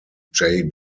jay